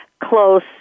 close